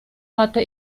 hatte